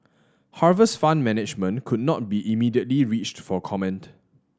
Harvest Fund Management could not be immediately reached for comment